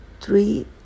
three